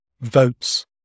votes